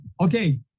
Okay